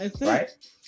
Right